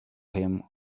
him